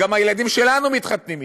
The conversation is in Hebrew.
גם הילדים שלנו מתחתנים אתם.